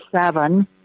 seven